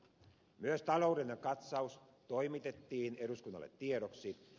myös taloudellinen katsaus toimitettiin eduskunnalle tiedoksi